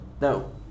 No